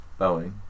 Boeing